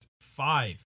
five